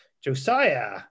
Josiah